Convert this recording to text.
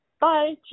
bye